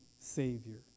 Savior